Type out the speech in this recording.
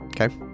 okay